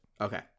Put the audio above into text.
Okay